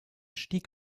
stieg